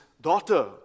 daughter